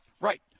Right